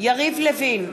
יריב לוין,